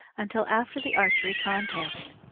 until after the archery contest.